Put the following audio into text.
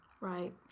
Right